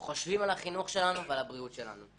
חושבים על החינוך שלנו ועל הבריאות שלנו,